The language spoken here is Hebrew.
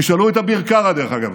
תשאלו את אביר קארה, דרך אגב.